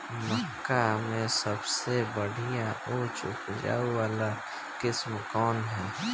मक्का में सबसे बढ़िया उच्च उपज वाला किस्म कौन ह?